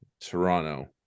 Toronto